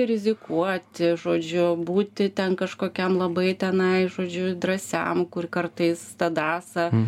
rizikuoti žodžiu būti ten kažkokiam labai tenai žodžiu drąsiam kur kartais tadasa